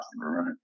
Right